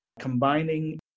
Combining